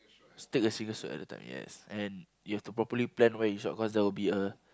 take a single shot at a time yes and you have to properly plan where you shot cause there will be a